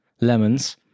lemons